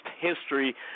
history